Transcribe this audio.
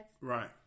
Right